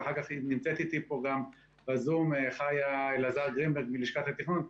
ונמצאת אתי פה גם חיה אלעזר גרינברג מלשכת התכנון,